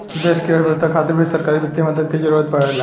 देश की अर्थव्यवस्था खातिर भी सरकारी वित्तीय मदद के जरूरत परेला